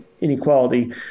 inequality